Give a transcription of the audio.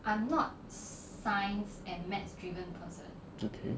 okay